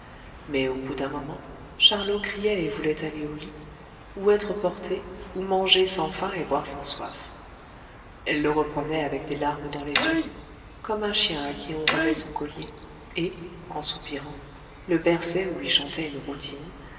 mais au bout d'un moment charlot criait et voulait aller au lit ou être porté ou manger sans faim et boire sans soif elle le reprenait avec des larmes dans les yeux comme un chien à qui on remet son collier et en soupirant le berçait ou lui chantait une routine